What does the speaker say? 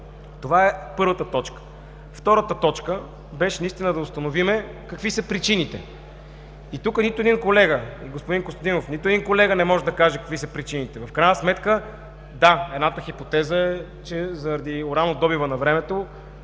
Това е първата точка. Втората точка беше наистина да установим какви са причините. Господин Костадинов, тук нито един колега не може да каже какви са причините. В крайна сметка – да, едната хипотеза е, че сигурно заради уранодобива навремето,